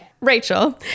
rachel